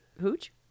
hooch